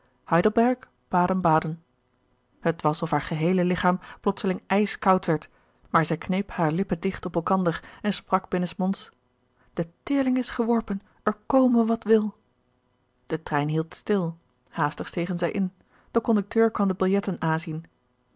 zag heidelberg baden-baden het was of haar geheele lichaam plotseling ijskoud werd maar zij kneep hare lippen dicht op elkander en sprak binnen s monds de teerling is geworpen er kome wat wil de trein hield stil haastig stegen zij in de conducteur kwam de billetten nazien